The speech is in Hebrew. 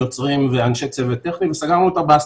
יוצרים ואנשי צוות טכני וסגרנו את הבסטה,